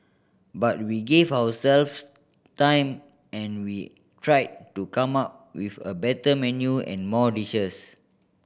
but we gave ourselves time and we tried to come up with a better menu and more dishes